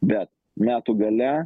bet metų gale